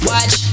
Watch